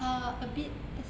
uh a bit as